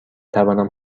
توانم